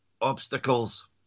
obstacles